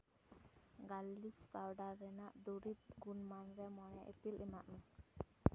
garlic powder ᱨᱮᱱᱟᱜ ᱫᱩᱨᱤᱵᱽ ᱜᱩᱱᱢᱟᱱ ᱨᱮ ᱢᱚᱬ ᱤᱯᱤᱞ ᱮᱢᱟᱜ ᱢᱮ